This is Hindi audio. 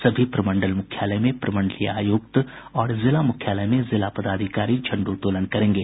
सभी प्रमंडल मुख्यालय में प्रमंडलीय आयुक्त और जिला मुख्यालय में जिला पदाधिकारी झंडोत्तोलन करेंगे